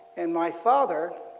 and my father,